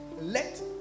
let